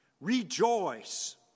rejoice